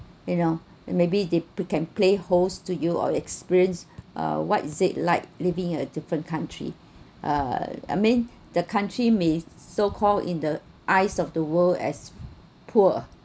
you know maybe they can play host to you or experience uh what is it like living in a different country uh I mean the country may so call in the eyes of the world as poor